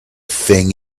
thing